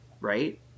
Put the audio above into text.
right